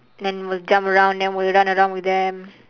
then will jump around then will run around with them